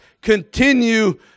continue